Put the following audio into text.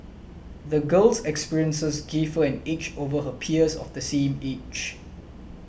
the girl's experiences gave her an edge over her peers of the same age